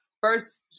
First